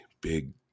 big